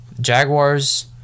Jaguars